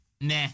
nah